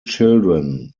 children